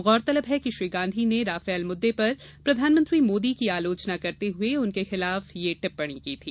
गौरतलब है कि श्री गांधी ने राफेल मुद्दे पर प्रधानमंत्री मोदी की आलोचना करते हुए उनके खिलाफ यह टिप्पणी की थी